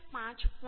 5